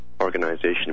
organization